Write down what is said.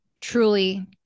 truly